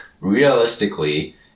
realistically